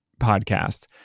podcast